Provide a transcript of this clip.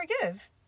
forgive